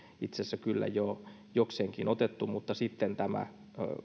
itse asiassa kyllä jo jokseenkin otettu huomioon mutta sitten tämä